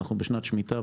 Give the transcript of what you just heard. אנחנו נמצאים בשנת שמיטה,